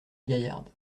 gaillarde